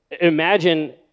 imagine